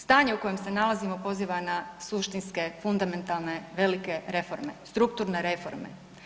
Stanje u kojem se nalazimo poziva na suštinske, fundamentalne, reforme, strukturne reforme.